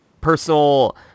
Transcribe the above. personal